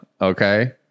Okay